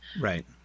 right